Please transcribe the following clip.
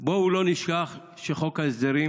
בואו לא נשכח שחוק ההסדרים